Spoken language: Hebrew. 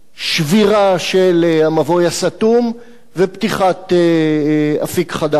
שבירה של המבוי הסתום ופתיחת אפיק חדש